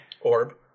orb